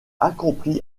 accompli